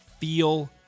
feel